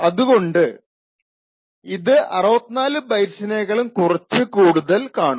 അതുകൊണ്ട് ഇത് 64 ബൈറ്റ്സിനേക്കാളും കുറച്ചു കൂടുതൽ കാണും